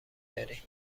دارین